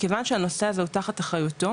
מכיוון שהנושא הזה הוא תחת אחריותו,